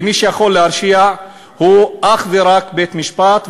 ומי שיכול להרשיע הוא אך ורק בית-משפט.